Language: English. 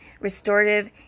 restorative